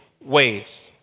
ways